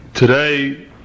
Today